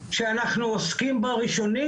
שאנחנו עוסקים בראשונים,